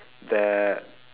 that